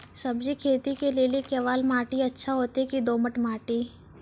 सब्जी खेती के लेली केवाल माटी अच्छा होते की दोमट माटी?